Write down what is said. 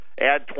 Add